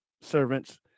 servants